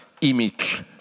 image